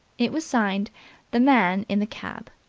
it was signed the man in the cab.